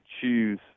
choose